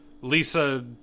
lisa